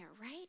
right